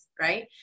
right